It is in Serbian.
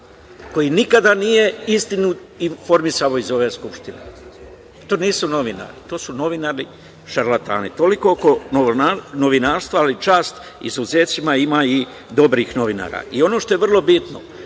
koji nikada nije istinu informisao iz ove Skupštine? To nisu novinari. To su novinari šarlatani. Toliko oko novinarstva, ali čast izuzecima, ima ih dobrih novinara. Ono što je vrlo bitno,